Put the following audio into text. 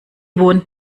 wohnt